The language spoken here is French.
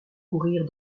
courir